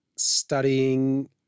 studying